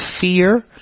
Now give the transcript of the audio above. fear